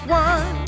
one